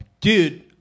Dude